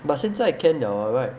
but 现在 can 了 [what] right